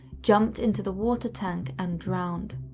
jumped into the water tank and drowned.